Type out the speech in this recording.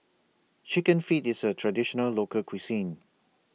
Chicken Feet IS A Traditional Local Cuisine